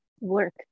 work